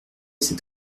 cet